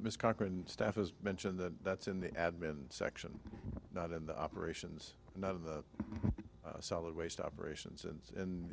miss cochrane staff has mentioned that that's in the admin section not in the operations not of solid waste operations and